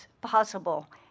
possible